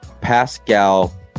Pascal